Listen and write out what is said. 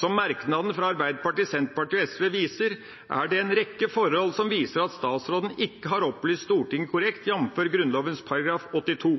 Som merknaden fra Arbeiderpartiet, Senterpartiet og SV viser, er det en rekke forhold som viser at statsråden ikke har opplyst Stortinget korrekt, jf. Grunnloven § 82.